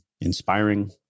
inspiring